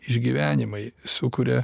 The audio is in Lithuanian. išgyvenimai sukuria